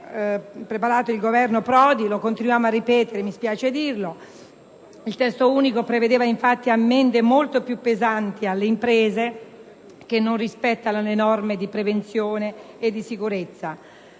il quale prevedeva ammende molto più pesanti per le imprese che non rispettano le norme di prevenzione e di sicurezza.